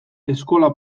eskola